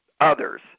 others